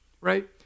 right